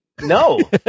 no